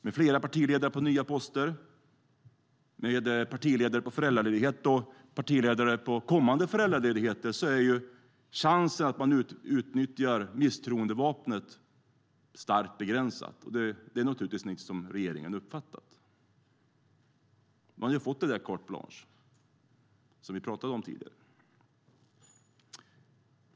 Med flera partiledare på nya poster, med partiledare på föräldraledighet och partiledare på kommande föräldraledighet är chansen att man utnyttjar misstroendevapnet starkt begränsad. Det är naturligtvis något som regeringen uppfattat. Den har fått carte blanche, som vi talade om tidigare.